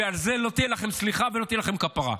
ועל זה לא תהיה לכם סליחה ולא תהיה לכם כפרה.